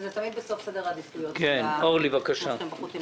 וזה תמיד בסוף סדר העדיפויות של המושכים בחוטים.